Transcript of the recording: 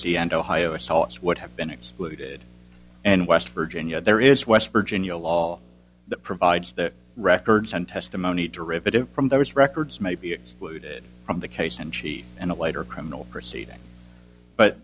c and ohio assaults would have been excluded and west virginia there is west virginia law that provides that records and testimony derivative from those records may be excluded from the case in chief and a later criminal proceeding but